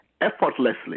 effortlessly